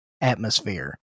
atmosphere